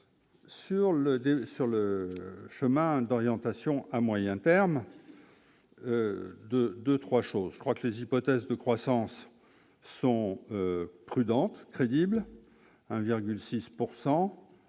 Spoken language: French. sur le chemin d'orientation à moyen terme de 2 3 choses : je crois que les hypothèses de croissance sont prudentes crédible 1,6